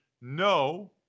no